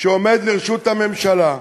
שעומד לרשות הממשלה,